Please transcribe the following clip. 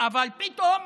אבל פתאום